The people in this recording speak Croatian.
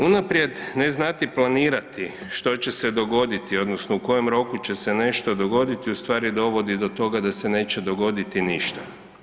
Unaprijed ne znati planirati što će se dogoditi odnosno u kojem roku će se nešto dogoditi ustvari dovodi do toga da se neće dogoditi ništa.